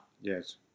Yes